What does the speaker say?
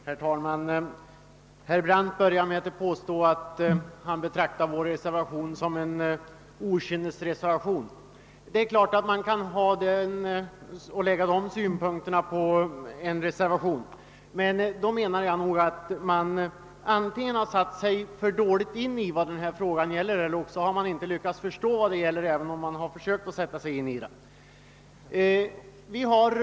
Herr talman! Herr Brandt började med att säga att han betraktar vår reservation som en okynnesreservation. Det är klart att man kan anlägga den synpunkten på en reservation. Men då menar jag att man antingen för dåligt satt sig in i vad frågan gäller eller också inte lyckats förstå vad frågan gäller, även om man har försökt sätta sig in i den.